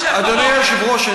אדוני היושב-ראש,